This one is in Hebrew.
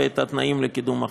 ואת התנאים לקידום החוק?